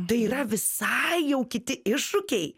tai yra visai jau kiti iššūkiai